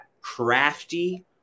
crafty